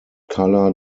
color